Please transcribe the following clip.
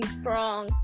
strong